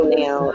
now